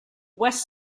west